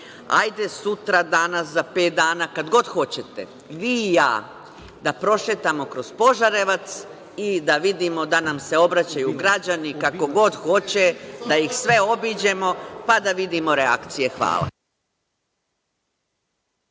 hajde sutra, danas, za pet dana, kad god hoćete, vi i ja da prošetamo kroz Požarevac i da vidimo, da nam se obraćaju građani, kako god hoće, da ih sve obiđemo, pa da vidimo reakcije. Hvala.